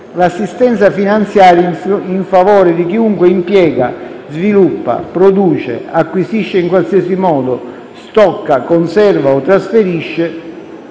l'assistenza finanziaria in favore di chiunque impiega, sviluppa, produce, acquisisce in qualsiasi modo, stocca, conserva o trasferisce,